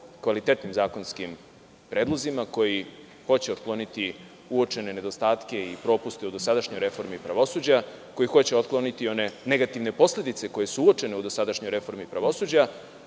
kvalitetnim zakonskim predlozima koji hoće otkloniti uočene nedostatke i propuste u dosadašnjoj reformi pravosuđa, koji hoće otkloniti one negativne posledice koje su uočene u dosadašnjoj reformi pravosuđa,